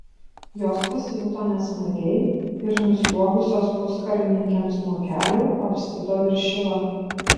jos pasijuto nesmagiai ir nusliuogusios puskarininkiams nuo kelių apspito viršilą